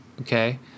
Okay